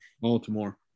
Baltimore